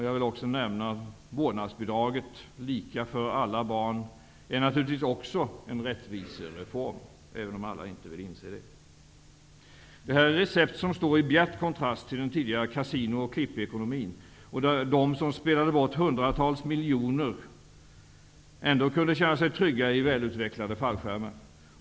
Jag vill också nämna vårdnadsbidraget som skall vara lika för alla barn. Det är naturligtvis också en rättvisereform även om inte alla vill inse det. Det här är recept som står i bjärt kontrast till den tidigare kasino och klippekonomin, där de som spelade bort hundratals miljoner ändå kunde känna sig trygga genom välutvecklade fallskärmar.